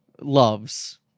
loves